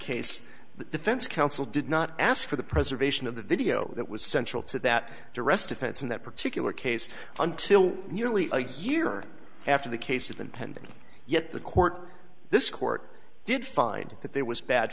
case the defense counsel did not ask for the preservation of the video that was central to that to rest offense in that particular case until nearly a year after the case has been pending yet the court this court did find that there was bad